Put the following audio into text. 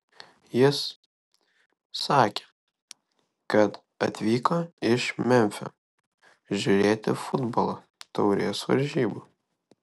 jis sakė kad atvyko iš memfio žiūrėti futbolo taurės varžybų